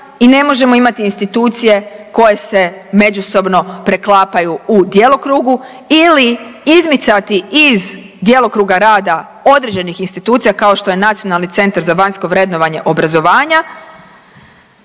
i ne možemo imati institucije koje se međusobno preklapaju u djelokrugu ili izmicati iz djelokruga rada određenih institucija kao što je Nacionalni centar za vanjsko vrednovanje obrazovanja,